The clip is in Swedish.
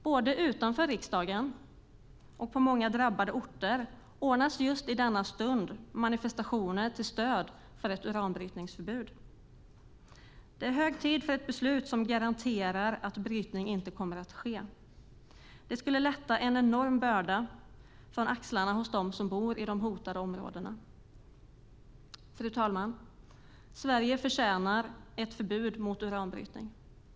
Både utanför riksdagen och på många drabbade orter ordnas just i denna stund manifestationer till stöd för ett uranbrytningsförbud. Det är hög tid för ett beslut som garanterar att brytning inte kommer att ske. Det skulle lyfta en enorm börda från axlarna hos dem som bor i de hotade områdena. Fru talman! Sverige förtjänar ett förbud mot uranbrytning.